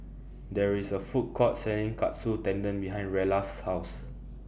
There IS A Food Court Selling Katsu Tendon behind Rella's House